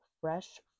Fresh